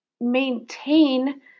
maintain